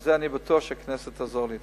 בזה אני בטוח שהכנסת תעזור לי.